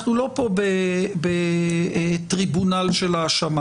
אנחנו לא פה בטריבונל של האשמה.